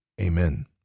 Amen